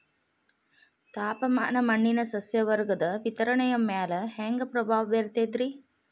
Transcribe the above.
ತಾಪಮಾನ ಮಣ್ಣಿನ ಸಸ್ಯವರ್ಗದ ವಿತರಣೆಯ ಮ್ಯಾಲ ಹ್ಯಾಂಗ ಪ್ರಭಾವ ಬೇರ್ತದ್ರಿ?